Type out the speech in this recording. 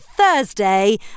Thursday